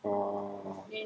oh